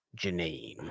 Janine